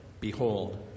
Behold